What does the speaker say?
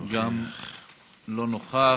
אינו נוכח.